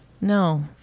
No